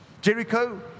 Jericho